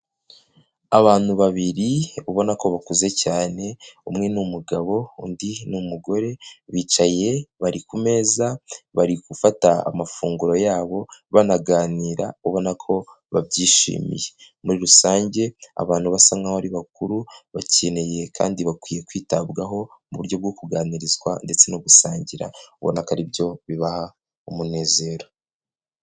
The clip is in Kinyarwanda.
Abantu babiri ubona ko bakuze cyane umwe n'umugabo undi n'umugore bicaye bari ku meza bari gufata amafunguro yabo banaganira ubona ko babyishimiye, muri rusange abantu basa nk'aho ari bakuru bakeneye kandi bakwiye kwitabwaho mu buryo bwo kuganirizwa ndetse no gusangira ubona ari byo bibaha umunezero.